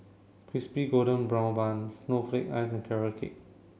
Crispy Golden Brown Bun Snowflake Ice and carrot cake